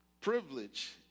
privilege